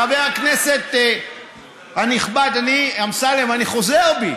חבר הכנסת הנכבד אמסלם, אני חוזר בי.